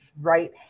right